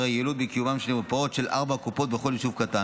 היעילות בקיומן של מרפאות של ארבע קופות בכל יישוב קטן.